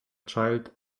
child